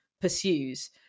pursues